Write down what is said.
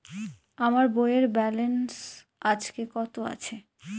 আমার বইয়ের ব্যালেন্স আজকে কত আছে?